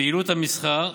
פעילות המסחר,